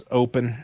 open